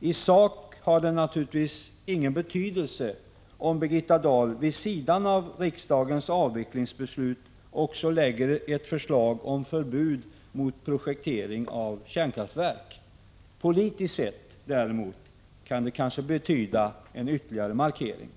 I sak har det naturligtvis ingen betydelse om Birgitta Dahl vid sidan av riksdagens avvecklingsbeslut lägger fram ett förslag om förbud mot projektering av kärnkraftverk. Politiskt sett däremot kan det kanske betyda en ytterligare markering.